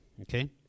okay